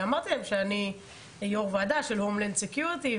ואמרתי להם שאני יו"ר ועדה של ביטחון פנים,